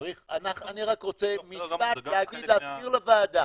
אני רוצה רק להזכיר לוועדה